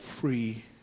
free